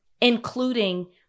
including